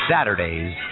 Saturdays